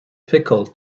pickle